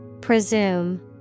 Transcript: Presume